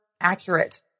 accurate